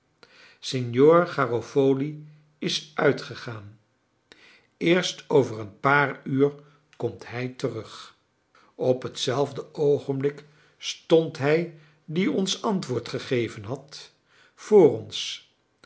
signor garofoli is uitgegaan eerst over een paar uur komt hij terug op hetzelfde oogenblik stond hij die ons antwoord gegeven had voor ons